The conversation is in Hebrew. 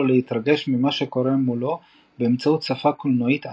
להתרגש ממה שקורה מולו באמצעות שפה קולנועית ענווה.